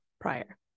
prior